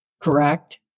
correct